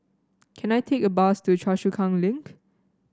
can I take a bus to Choa Chu Kang Link